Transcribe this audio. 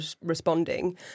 responding